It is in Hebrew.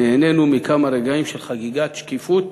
נהנינו מכמה רגעים של חגיגת שקיפות